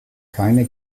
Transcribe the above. keine